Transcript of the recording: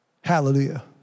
hallelujah